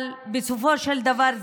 אבל בסופו של דבר,